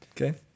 okay